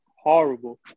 horrible